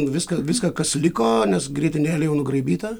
viską viską kas liko nes grietinėlė jau nugraibyta